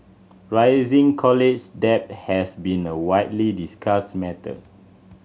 college debt has been a widely discussed matter